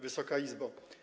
Wysoka Izbo!